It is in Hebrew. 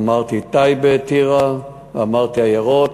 אמרתי טייבה-טירה, אמרתי העיירות,